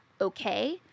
okay